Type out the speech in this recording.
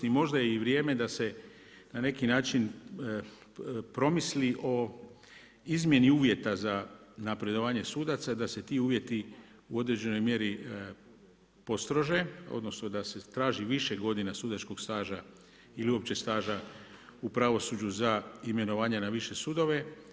I možda je i vrijeme da se na neki način promisli o izmjeni uvjeta za napredovanje sudaca, da se ti uvjeti u određenoj mjeri postrože, odnosno, da se traži više godina sudačkog staža ili uopće staža u pravosuđu za imenovanje na više sudove.